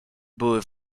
były